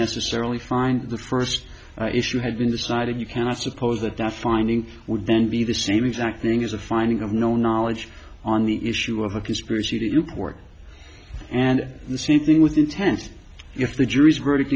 necessarily find the first issue had been decided you cannot suppose that the finding would then be the same exact thing as a finding of no knowledge on the issue of a conspiracy to work and the same thing with intent if the jury's verdict